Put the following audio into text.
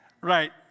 Right